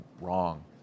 wrong